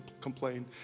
complain